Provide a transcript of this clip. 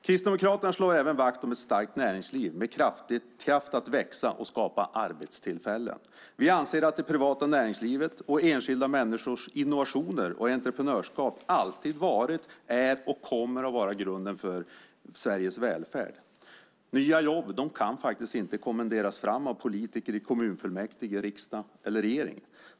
Kristdemokraterna slår även vakt om ett starkt näringsliv med kraft att växa och skapa arbetstillfällen. Vi anser att det privata näringslivet och enskilda människors innovationer och entreprenörskap alltid varit, är och kommer att vara grunden för Sveriges välfärd. Nya jobb kan inte kommenderas fram av politiker i kommunfullmäktige, riksdag eller regering.